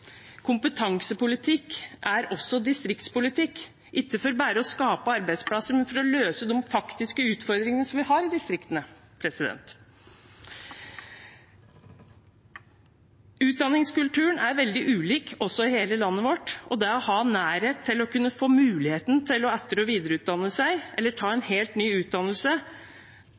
Kompetansepolitikk er også distriktspolitikk, ikke bare for å skape arbeidsplasser, men for å løse de faktiske utfordringene vi har i distriktene. Utdanningskulturen er også veldig ulik i hele landet vårt. Når det gjelder det å ha nærhet til å kunne få muligheten til å etter- og videreutdanne seg eller ta en helt ny utdannelse,